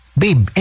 babe